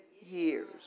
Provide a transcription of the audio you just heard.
years